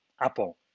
Apple